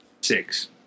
six